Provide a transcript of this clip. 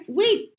wait